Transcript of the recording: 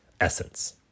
essence